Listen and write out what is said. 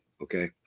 Okay